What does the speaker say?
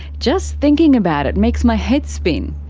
just thinking about it. makes my head spin.